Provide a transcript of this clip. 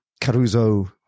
Caruso